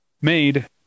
made